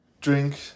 drink